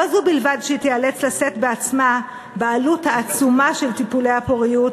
לא זו בלבד שהיא תצטרך לשאת בעצמה בעלות העצומה של טיפולי הפוריות